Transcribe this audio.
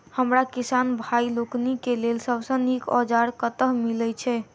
हमरा किसान भाई लोकनि केँ लेल सबसँ नीक औजार कतह मिलै छै?